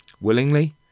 willingly